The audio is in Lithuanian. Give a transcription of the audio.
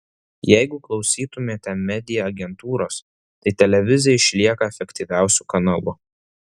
jeigu klausytumėte media agentūros tai televizija išlieka efektyviausiu kanalu